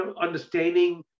understanding